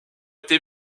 été